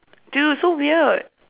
dude so weird